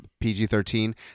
PG-13